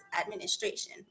administration